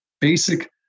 basic